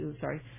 sorry